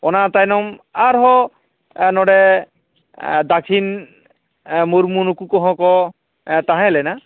ᱚᱱᱟ ᱛᱟᱭᱱᱚᱢ ᱟᱨᱦᱚᱸ ᱱᱚᱰᱮ ᱫᱟᱠᱷᱤᱱ ᱢᱩᱨᱢᱩ ᱱᱩᱠᱩ ᱠᱚᱦᱚᱸ ᱠᱚ ᱛᱟᱦᱮᱸ ᱞᱮᱱᱟ